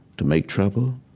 to make trouble,